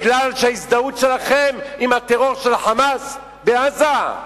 מפני שההזדהות שלכם היא עם הטרור של ה"חמאס" בעזה?